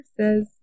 says